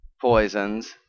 poisons